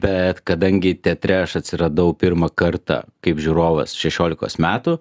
bet kadangi teatre aš atsiradau pirmą kartą kaip žiūrovas šešiolikos metų